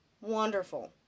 Wonderful